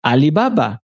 Alibaba